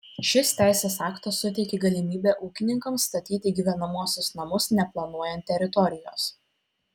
šis teisės aktas suteikia galimybę ūkininkams statyti gyvenamuosius namus neplanuojant teritorijos